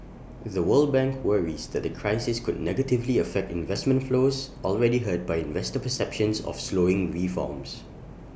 the world bank worries that the crisis could negatively affect investment flows already hurt by investor perceptions of slowing reforms